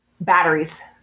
batteries